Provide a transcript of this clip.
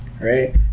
right